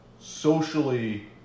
socially